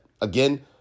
again